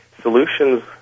solutions